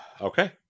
Okay